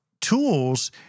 tools